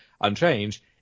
unchanged